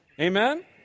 Amen